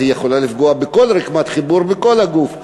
אז היא יכולה לפגוע בכל רקמת חיבור בכל הגוף.